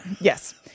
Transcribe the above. Yes